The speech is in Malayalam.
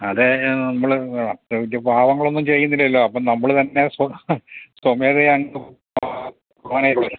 അത് നമ്മൾ അത്ര വലിയ പാപങ്ങളൊന്നും ചെയ്യുന്നില്ലല്ലോ അപ്പോൾ നമ്മൾ തന്നെ സ്വന്തം സ്വമേധയാ അങ്ങ്